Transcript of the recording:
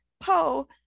Poe